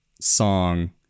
song